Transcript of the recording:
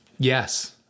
Yes